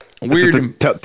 weird